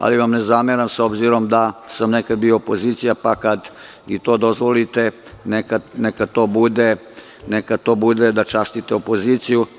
Ali, ne zameram vam, s obzirom da sam nekad bio opozicija, pa kad i to dozvolite, neka to bude da častite opoziciju.